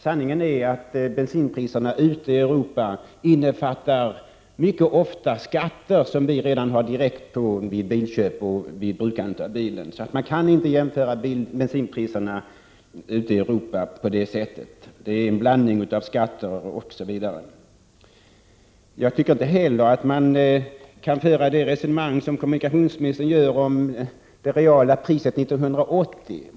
Sanningen är att bensinpriserna ute i Europa mycket ofta innefattar skatter som vi lägger på direkt vid bilköpet och som uppkommer vid brukandet av bilen. Så man kan inte jämföra bensinpriserna på det sättet. Det är fråga om en blandning av skatter och annat. Jag tycker inte heller att man kan föra det resonemang som kommunikationsministern för om det reala priset 1980.